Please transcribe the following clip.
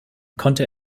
konnte